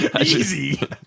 easy